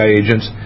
agents